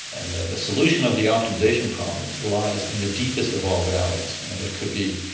and the the solution of the optimisation problem lies in the deepest of all valleys. it could be,